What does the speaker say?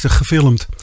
gefilmd